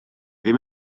ddim